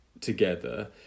together